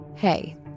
Hey